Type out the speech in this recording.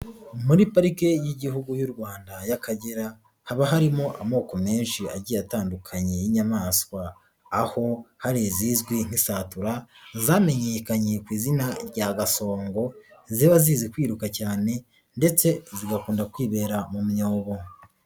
Muri parike y'Igihugu y'u Rwanda y'Akagera haba harimo amoko menshi agiye atandukanye y'inyamaswa, aho hari izizwi nk'isatura zamenyekanye ku izina rya gasongo ziba zize kwiruka cyane ndetse zigakunda kwibera mu myobo.